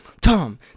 Tom